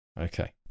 Okay